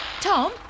Tom